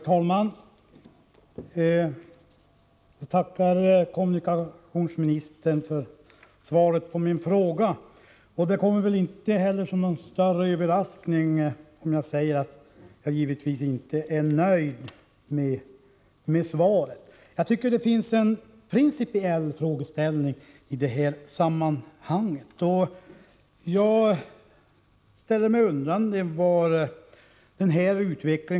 Herr talman! Jag tackar kommunikationsministern för svaret på min fråga. Det kommer väl inte som någon större överraskning, om jag säger att jag givetvis inte är nöjd med svaret. Det finns en principiell frågeställning i detta sammanhang, och jag ställer mig undrande till utvecklingen.